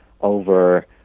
over